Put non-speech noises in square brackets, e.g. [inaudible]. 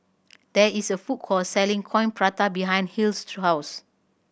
there is a food court selling Coin Prata behind Hill's [unintelligible]